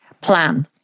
plan